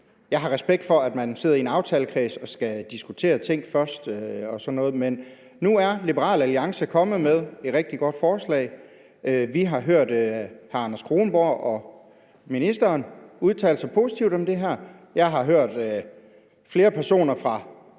Jeg har respekt for, at man sidder i en aftalekreds og skal diskutere ting først og sådan noget, men nu er Liberal Alliance kommet med et rigtig godt forslag. Vi har hørt hr. Anders Kronborg og ministeren udtale sig positivt om det her, og jeg har hørt flere personer fra